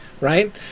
right